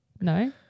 No